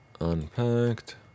Unpacked